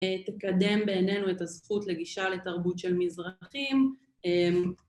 תקדם בינינו את הזכות לגישה לתרבות של מזרחים